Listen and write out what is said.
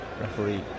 Referee